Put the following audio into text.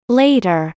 later